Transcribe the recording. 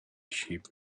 sheep